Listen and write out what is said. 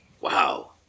Wow